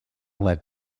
led